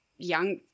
young